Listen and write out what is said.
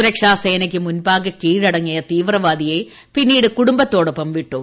സുരക്ഷാ സേനയ്ക്ക മുമ്പാകെ കീഴടങ്ങിയ തീവ്രവാദിയെ പിന്നീട് കൂടുംബത്തോടൊപ്പം വിട്ടു